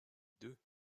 deux